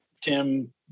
Tim